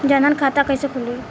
जनधन खाता कइसे खुली?